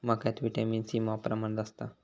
मक्यात vitamin C मॉप प्रमाणात असता